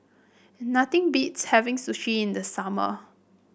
nothing beats having Sushi in the summer